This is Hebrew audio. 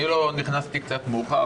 נכנסתי קצת מאוחר,